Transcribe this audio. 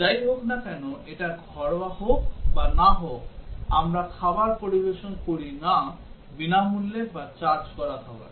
যাই হোক না কেন এটা ঘরোয়া হোক বা না হোক আমরা খাবার পরিবেশন করি না বিনামূল্যে বা চার্জ করা খাবার